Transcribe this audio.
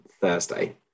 thursday